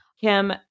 Kim